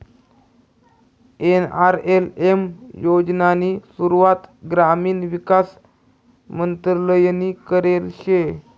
NRLM योजनानी सुरुवात ग्रामीण विकास मंत्रालयनी करेल शे